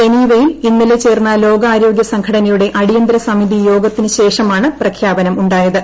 ജനീവയിൽ ഇന്നലെ ചേർന്ന ലോകാരോഗൃ സംഘടനയുടെ അടിയന്തര സമിതി യോഗത്തിനുശേഷമാണ് പ്രഖ്യാപനം ഉണ്ടായത്